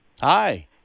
Hi